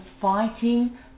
fighting